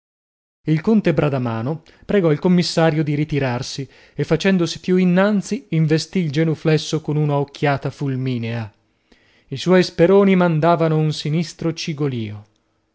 il conte bradamano pregò il commissario di ritirarsi e facendosi più innanzi investì il genuflesso con una occhiata fulminea i suoi speroni mandavano un sinistro cigolìo